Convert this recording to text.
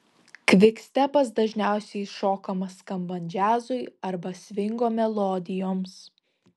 kvikstepas dažniausiai šokamas skambant džiazui arba svingo melodijoms